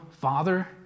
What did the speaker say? Father